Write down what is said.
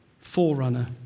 forerunner